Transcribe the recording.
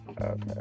okay